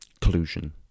collusion